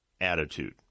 attitude